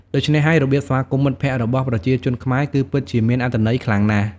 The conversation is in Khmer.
ដូច្នេះហើយ របៀបស្វាគមន៍មិត្តភក្តិរបស់ប្រជាជនខ្មែរគឺពិតជាមានអត្ថន័យខ្លាំងណាស់។